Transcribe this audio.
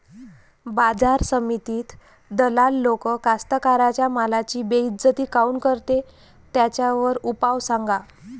बाजार समितीत दलाल लोक कास्ताकाराच्या मालाची बेइज्जती काऊन करते? त्याच्यावर उपाव सांगा